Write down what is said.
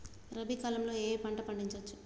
రబీ కాలంలో ఏ ఏ పంట పండించచ్చు?